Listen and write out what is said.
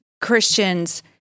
Christians